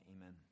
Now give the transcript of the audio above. amen